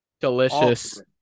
Delicious